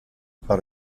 par